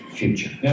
future